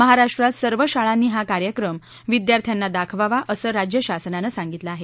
महाराष्ट्रात सर्व शाळांनी हा कार्यक्रम विद्यार्थ्यांना दाखवावा असं राज्यशासनानं सांगितलं आहे